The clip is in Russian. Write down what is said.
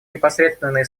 непосредственные